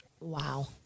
Wow